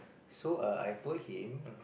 so err I told him